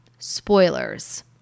Spoilers